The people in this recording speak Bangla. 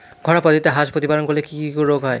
ঘরোয়া পদ্ধতিতে হাঁস প্রতিপালন করলে কি কি রোগ হয়?